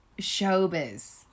Showbiz